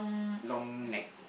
long neck